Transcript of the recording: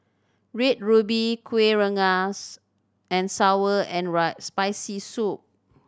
Red Ruby Kueh Rengas and sour and Spicy Soup